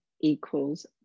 Equals